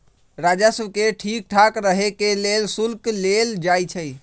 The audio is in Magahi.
राजस्व के ठीक ठाक रहे के लेल शुल्क लेल जाई छई